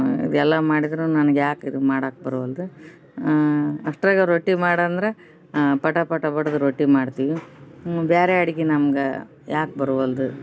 ಅದೆಲ್ಲ ಮಾಡಿದರೂ ನನಿಗೆ ಯಾಕೆ ಇದು ಮಾಡಕ್ಕ ಬರವಲ್ದು ಅಷ್ಟರಾಗ ರೊಟ್ಟಿ ಮಾಡಂದ್ರೆ ಪಟ ಪಟ ಬಡ್ದು ರೊಟ್ಟಿ ಮಾಡ್ತೀವಿ ಬೇರೆ ಅಡ್ಗೆ ನಮ್ಗೆ ಯಾಕೆ ಬರುವಲ್ದು